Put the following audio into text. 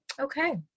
okay